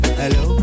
hello